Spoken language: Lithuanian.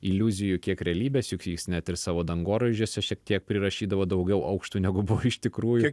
iliuzijų kiek realybės juk jis net ir savo dangoraižiuose šiek tiek prirašydavo daugiau aukštų negu buvo iš tikrųjų